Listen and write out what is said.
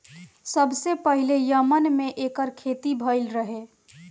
सबसे पहिले यमन में एकर खेती भइल रहे